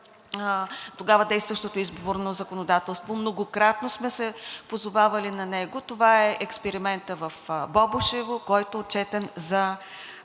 тогава действащото изборно законодателство, многократно сме се позовавали на него. Това е експериментът в Бобошево, който е отчетен за